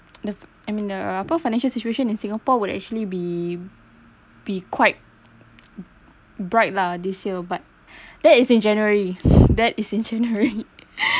the I mean the apa financial situation in singapore would actually be be quite bright lah this year but that is in january that is in january